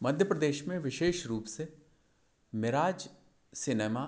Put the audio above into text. मध्य प्रदेश में विशेष रूप से मेराज सिनेमा